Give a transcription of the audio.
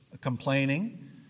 Complaining